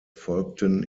folgten